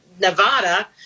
Nevada